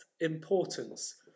importance